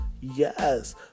yes